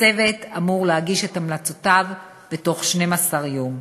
הצוות אמור להגיש את המלצותיו בתוך 12 יום.